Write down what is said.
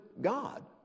God